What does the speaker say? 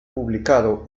publicado